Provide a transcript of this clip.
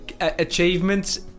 achievements